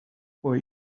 boy